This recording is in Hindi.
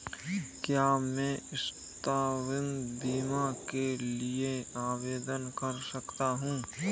क्या मैं स्वास्थ्य बीमा के लिए आवेदन कर सकता हूँ?